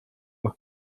noch